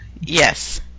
Yes